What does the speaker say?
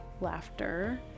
laughter